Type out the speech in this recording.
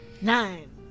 Nine